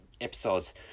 episodes